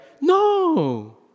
No